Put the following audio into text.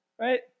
Right